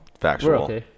factual